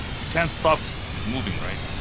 you can't stop moving, right?